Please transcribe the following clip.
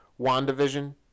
WandaVision